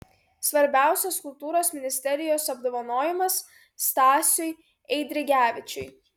svarbiausias kultūros ministerijos apdovanojimas stasiui eidrigevičiui